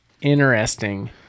Interesting